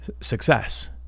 success